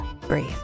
Breathe